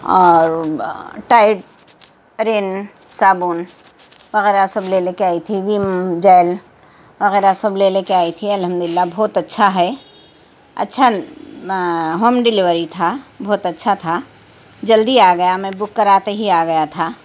اور ٹائڈ رن صابن وغیرہ سب لے لے کے آئی تھی گم جیل وغیرہ سب لے لے کے آئی تھی الحمد للہ بہت اچھا ہے اچھا ہوم ڈلیوری تھا بہت اچھا تھا جلدی آگیا میں بک کراتے ہی آگیا تھا